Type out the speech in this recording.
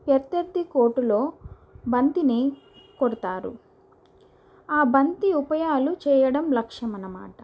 ప్రత్యర్థి కోర్టులో బంతిని కొడతారు ఆ బంతి ఉపయాలు చేయడం లక్ష్యమనమాట